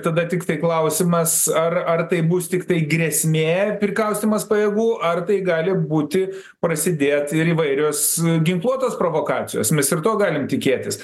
tada tiktai klausimas ar ar tai bus tiktai grėsmė prikaustymas pajėgų ar tai gali būti prasidėt ir įvairios ginkluotos provokacijos mes ir to galim tikėtis